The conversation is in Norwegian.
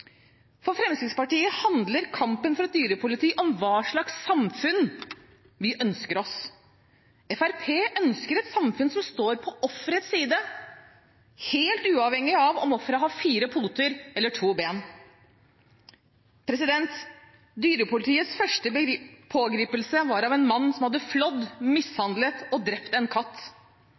For Fremskrittspartiet handler kampen for et dyrepoliti om hva slags samfunn vi ønsker oss. Fremskrittspartiet ønsker et samfunn som står på offerets side, helt uavhengig av om offeret har fire poter eller to ben. Dyrepolitiets første pågripelse var av en mann som hadde flådd, mishandlet og drept en katt.